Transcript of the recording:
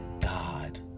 God